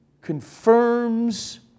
confirms